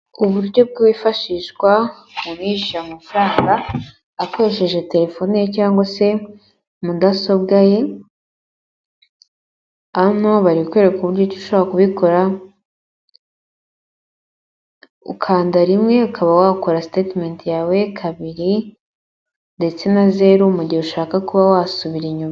Uburyo bwifashishwa, umuntu yishyura amafaranga akoresheje telefoni ye cyangwa se mudasobwa ye, hano bari kukwereka uburyi ki ushobora kubikora, ukanda rimwe ukaba wakora sitetimenti yawe, kabiri ndetse na zeru, mu gihe ushaka kuba wasubira inyuma.